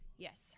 Yes